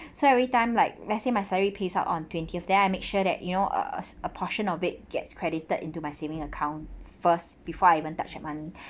so everytime like let's say my salary pays out on twentieth then I make sure that you know a a a a portion of it gets credited into my saving account first before I even touch the money